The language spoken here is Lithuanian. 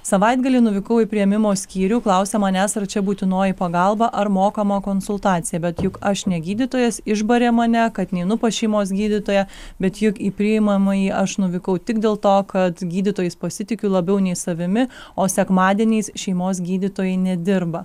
savaitgalį nuvykau į priėmimo skyrių klausia manęs ar čia būtinoji pagalba ar mokama konsultacija bet juk aš ne gydytojas išbarė mane kad neinu pas šeimos gydytoją bet juk į priimamąjį aš nuvykau tik dėl to kad gydytojais pasitikiu labiau nei savimi o sekmadieniais šeimos gydytojai nedirba